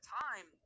time